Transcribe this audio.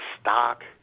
stock